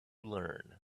learn